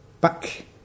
Back